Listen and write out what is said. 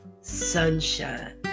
Sunshine